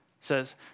says